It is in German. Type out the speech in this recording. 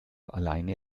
alleine